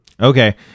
Okay